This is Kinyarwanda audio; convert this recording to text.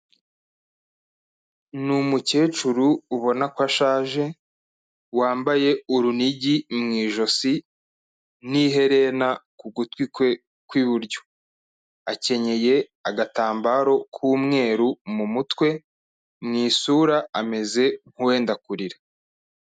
Ni umukecuru ubona ko ashaje, wambaye urunigi mu ijosi n'iherena ku gutwi kwe kw'iburyo. Akenyeye agatambaro k'umweru mu mutwe, mu isura ameze nk'uwenda kurira.